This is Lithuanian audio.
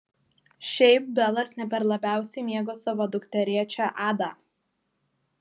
šiaip belas ne per labiausiai mėgo savo dukterėčią adą